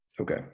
Okay